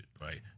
right